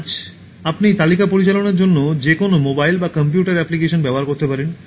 আজ আপনি তালিকা পরিচালনার জন্য যে কোনও মোবাইল বা কম্পিউটার অ্যাপ্লিকেশন ব্যবহার করতে পারেন